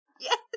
Yes